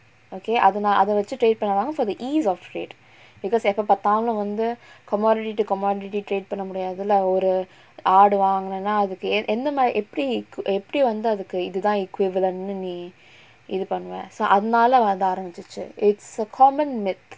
okay அதுனா அத வெச்சு:athuna atha vechu trade பண்ண:panna for the ease of rate because எப்ப பாத்தாலும் வந்து:eppa paathalum vanthu commodity to commodity trade பண்ண முடியாது இல்ல ஒரு ஆடு வாங்கனுனா அதுக்கு எந்த மாரி எப்படி எப்படி வந்து அதுக்கு இதுதா:panna mudiyathu illa oru aadu vaanganunaa athukku entha mari eppadi eppadi vanthu athukku ithuthaa equivalent நீ இது பண்ணுவ:nee ithu pannuva so அதுனால அது ஆரம்பிச்சுச்சு:athunaala athu aarambichuchu it's a common myth